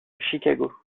chicago